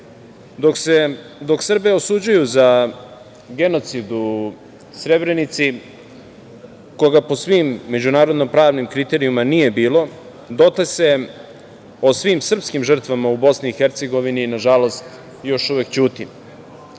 poslanici, dok Srbe osuđuju za genocid u Srebrenici, koga po svim međunarodno-pravnim kriterijumima nije bilo, dotle se o svim srpskim žrtvama u BiH nažalost još uvek ćuti. Ne